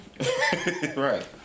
Right